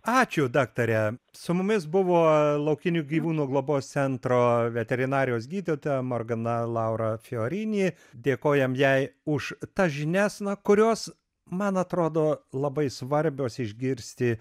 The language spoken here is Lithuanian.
ačiū daktare su mumis buvo laukinių gyvūnų globos centro veterinarijos gydytoja morgana laura fiorini dėkojam jai už tas žinias na kurios man atrodo labai svarbios išgirsti